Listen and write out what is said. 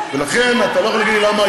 אני חייב לחוקק אותם.